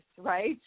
right